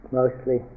mostly